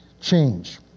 change